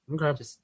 Okay